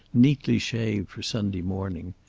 neatly shaved for sunday morning.